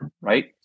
right